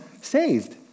saved